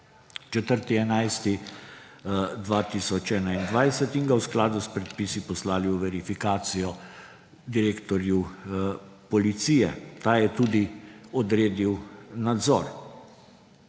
4. 11. 2021 in ga v skladu s predpisi poslali v verifikacijo direktorju policije. Ta je tudi odredil nadzor.